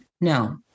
no